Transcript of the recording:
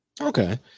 Okay